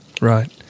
Right